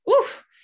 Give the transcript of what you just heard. oof